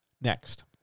Next